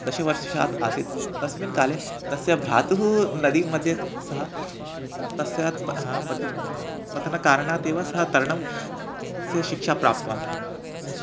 दशवर्षात् आसीत् तस्मिन् काले तस्य भ्रातुः नदीमध्ये सः तस्मात् पतनकारणात् एव सः तरणं स्य शिक्षां प्राप्तवान्